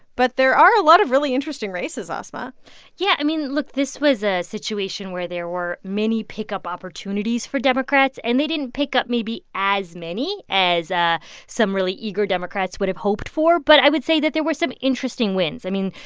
but there are a lot of really interesting races, asma yeah. i mean, look. this was a situation where there were many pickup opportunities for democrats. and they didn't pick up maybe as many as ah some really eager democrats would have hoped for, but i would say that there were some interesting wins. i mean,